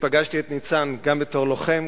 פגשתי את ניצן גם בתור לוחם,